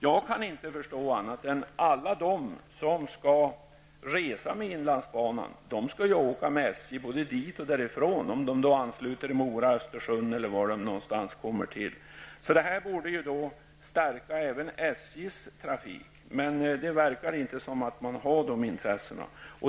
Jag kan inte förstå annat än att alla de som skall resa med inlandsbanan skall åka med SJ både dit och därifrån, vare sig de ansluter i Mora, Östersund eller någon annanstans. Det borde alltså stärka SJs trafik. Men det verkar inte som om man hade de intressena.